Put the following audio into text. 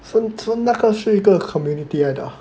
so 那个是一个 community 来的啊